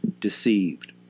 deceived